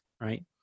Right